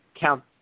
count